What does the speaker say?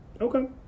Okay